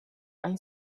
ice